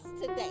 today